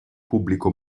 pubblico